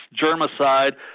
germicide